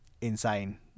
insane